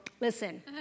listen